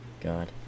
god